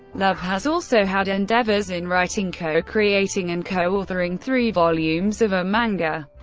love has also had endeavors in writing, co-creating and co-authoring three volumes of a manga,